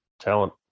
talent